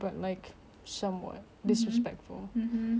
but I think with your son you're doing good